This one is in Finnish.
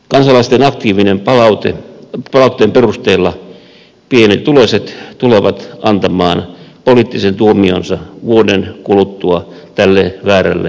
kansalaisten aktiivisen palautteen perusteella pienituloiset tulevat antamaan poliittisen tuomionsa vuoden kuluttua tälle väärälle perhepolitiikalle